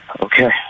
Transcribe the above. Okay